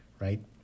right